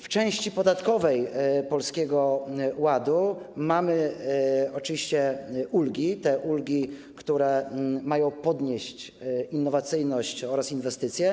W części podatkowej Polskiego Ładu mamy oczywiście ulgi, które mają podnieść innowacyjność oraz inwestycje.